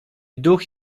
duch